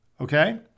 Okay